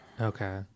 Okay